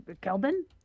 Kelvin